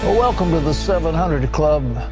ah welcome to the seven hundred club.